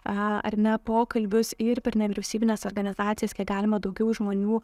a ar ne pokalbius ir per nevyriausybines organizacijas kiek galime daugiau žmonių